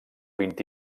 vint